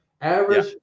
Average